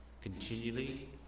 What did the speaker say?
continually